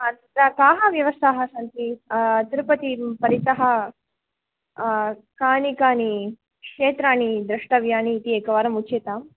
अत्र काः व्यवस्थाः सन्ति तिरुपतिं परितः कानि कानि क्षेत्राणि द्रष्टव्यानि इति एकवारम् उच्यताम्